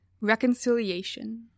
Reconciliation